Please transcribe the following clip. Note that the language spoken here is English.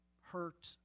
hurt